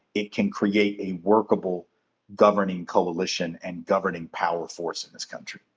it can create a workable governing coalition and governing power force in this country.